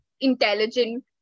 intelligent